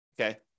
okay